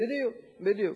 בדיוק, בדיוק.